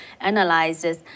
analyzes